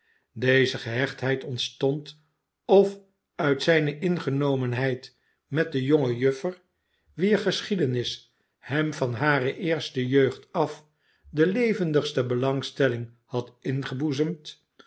deze gehechtheid ontstond of uit zilne mgenomenheid met de jonge juffer wier geschiedenis hem van hare fn j eugd a u e levendi s ste belangstelling had ingeboezemd